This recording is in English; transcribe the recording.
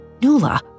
Nula